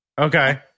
okay